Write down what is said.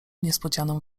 niespodzianą